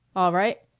all right.